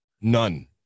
None